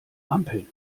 ampeln